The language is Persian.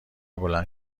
بلند